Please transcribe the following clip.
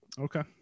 Okay